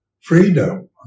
freedom